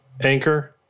Anchor